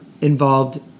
involved